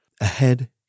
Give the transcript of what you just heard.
Ahead